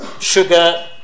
sugar